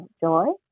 joy